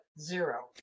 zero